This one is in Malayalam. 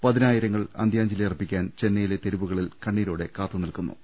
പതിനായിരങ്ങൾ അന്ത്യാ ഞ്ജലി അർപ്പിക്കാൻ ചെന്നൈയിലെ തെരുവുകളിൽ കണ്ണീരോടെ കാത്തു നിൽക്കുകയാണ്